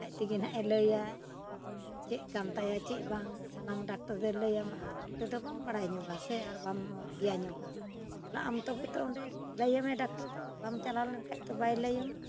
ᱟᱡ ᱛᱮᱜᱮ ᱱᱟᱜ ᱮ ᱞᱟᱹᱭᱟ ᱪᱮᱫ ᱠᱟᱱ ᱛᱟᱭᱟ ᱪᱮᱫ ᱵᱟᱝ ᱥᱟᱱᱟᱢ ᱰᱟᱠᱴᱚᱨ ᱫᱚᱭ ᱞᱟᱹᱭᱟᱢᱟ ᱟᱨ ᱟᱢ ᱛᱮᱫᱚ ᱵᱟᱢ ᱵᱟᱲᱟᱭ ᱧᱚᱜᱟ ᱥᱮ ᱟᱨ ᱵᱟᱢ ᱤᱭᱟᱹ ᱧᱚᱜᱟ ᱪᱟᱞᱟᱜ ᱟᱢ ᱛᱚᱵᱮ ᱛᱚ ᱚᱸᱰᱮ ᱞᱟᱹᱭᱟᱢᱟᱭ ᱰᱟᱠᱛᱟᱨ ᱫᱚ ᱵᱟᱢ ᱪᱟᱞᱟᱣ ᱞᱮᱱᱠᱷᱟᱡ ᱛᱚ ᱵᱟᱭ ᱞᱟᱹᱭᱟᱢᱟ